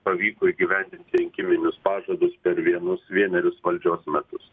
pavyko įgyvendinti rinkiminius pažadus per vienus vienerius valdžios metus